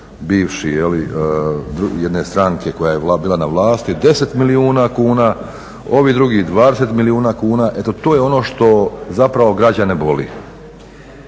bivši jedne stranke koja je bila na vlasti 10 milijuna kuna, ovi drugi 20 milijuna kuna. Eto to je ono što zapravo građane boli.